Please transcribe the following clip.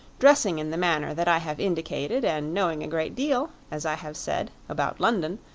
dressing in the manner that i have indicated and knowing a great deal, as i have said, about london,